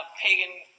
pagan